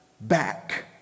back